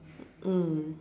mm